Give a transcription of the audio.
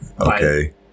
Okay